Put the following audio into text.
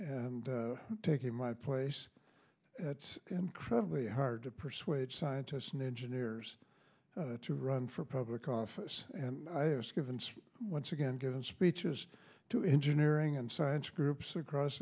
and taking my place it's incredibly hard to persuade scientists and engineers to run for public office and given once again given speeches to engineering and science groups across